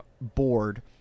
board